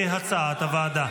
כהצעת הוועדה.